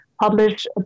publish